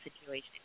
situation